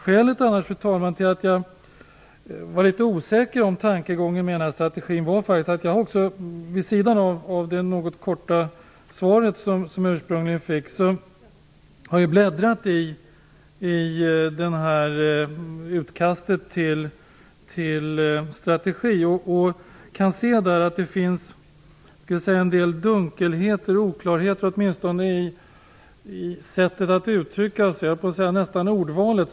Skälet, fru talman, till att jag var litet osäker i fråga om tankegången med den här strategin var annars att jag vid sidan av det något korta svar som jag fick har bläddrat i utkastet till strategi, och där finns en del dunkelheter, en del oklarheter, i sättet att uttrycka sig, ja nästan i ordvalet.